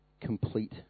complete